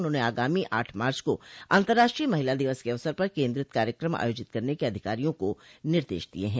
उन्होंने आगामी आठ मार्च को अतंर्राष्ट्रीय महिला दिवस के अवसर पर केन्द्रित कार्यक्रम आयोजित करने के अधिकारियों को निर्देश दिये हैं